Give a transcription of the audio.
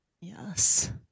Yes